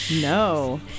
No